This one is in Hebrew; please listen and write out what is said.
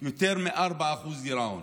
יותר מ-4% גירעון,